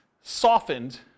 softened